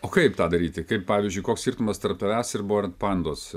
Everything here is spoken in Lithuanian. o kaip tą daryti kaip pavyzdžiui koks skirtumas tarp tavęs ir bord pandos